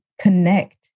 connect